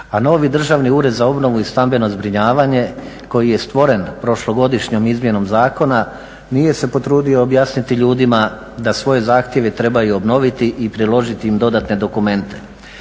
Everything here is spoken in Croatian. a novi Državni ured za obnovu i stambeno zbrinjavanje koji je stvoren prošlogodišnjom izmjenom zakona nije se potrudio objasniti ljudima da svoje zahtjeve trebaju obnoviti i priložiti im dodatne dokumente.